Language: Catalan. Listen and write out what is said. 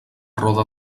roda